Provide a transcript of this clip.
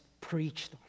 preached